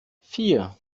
vier